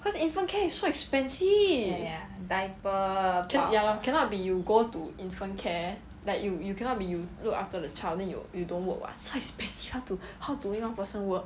cause infant care is so expensive cannot ya lor cannot be you go to infant care like you you cannot be you look after the child then you you don't work [what] so expensive how to how to only one person work